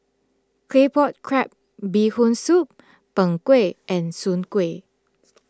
Claypot Crab Bee Hoon Soup Png Kueh and Soon Kuih